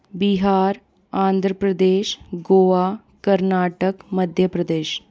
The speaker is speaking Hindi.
बिहार आंध्र प्रदेश गोवा कर्नाटक मध्य प्रदेश